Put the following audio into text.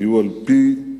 היו על-פי